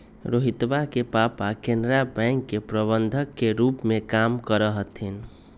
रोहितवा के पापा केनरा बैंक के प्रबंधक के रूप में काम करा हथिन